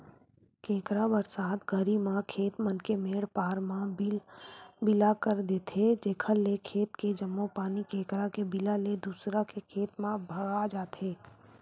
केंकरा बरसात घरी म खेत मन के मेंड पार म बिला कर देथे जेकर ले खेत के जम्मो पानी केंकरा के बिला ले दूसर के खेत म भगा जथे